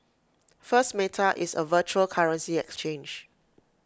first meta is A virtual currency exchange